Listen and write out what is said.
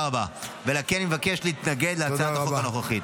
לכן אני מבקש להתנגד להצעת החוק הנוכחית.